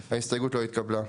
0 ההסתייגות לא התקבלה.